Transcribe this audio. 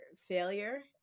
failure